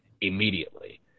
immediately